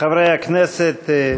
חברי הכנסת,